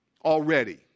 Already